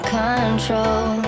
control